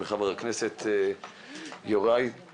את הפניה מח"כ יוראי להב הרצנו,